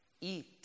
eat